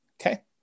Okay